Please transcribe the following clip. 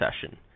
session